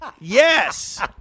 yes